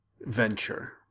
venture